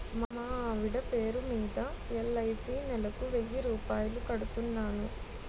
మా ఆవిడ పేరు మీద ఎల్.ఐ.సి నెలకు వెయ్యి రూపాయలు కడుతున్నాను